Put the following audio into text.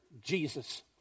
Jesus